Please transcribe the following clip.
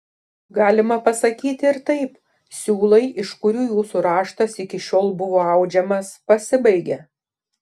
galima pasakyti ir taip siūlai iš kurių jūsų raštas iki šiol buvo audžiamas pasibaigė